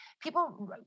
people